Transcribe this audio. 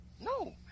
No